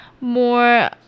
more